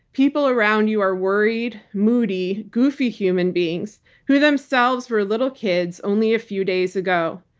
people around you are worried, moody, goofy human beings who themselves were little kids only a few days ago.